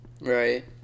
Right